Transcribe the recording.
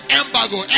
embargo